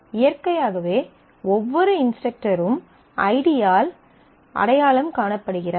இயற்கையாகவே ஒவ்வொரு இன்ஸ்டரக்டரும் ஐடியால் அடையாளம் காணப்படுகிறார்